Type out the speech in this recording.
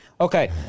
Okay